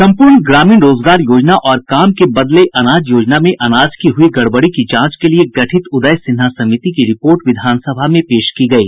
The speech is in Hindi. सम्पूर्ण ग्रामीण रोजगार योजना और काम के बदले अनाज योजना में अनाज की हुई गड़बड़ी की जांच के लिए गठित उदय सिन्हा समिति की रिपोर्ट विधान सभा में पेश की गयी